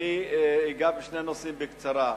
אני אגע בשני נושאים בקצרה.